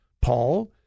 Paul